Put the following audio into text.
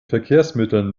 verkehrsmitteln